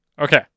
Okay